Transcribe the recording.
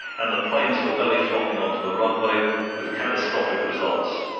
and the planes were belly-flopping onto the runway with catastrophic results.